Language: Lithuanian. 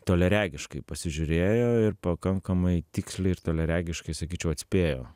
toliaregiškai pasižiūrėjo ir pakankamai tiksliai ir toliaregiškai sakyčiau atspėjo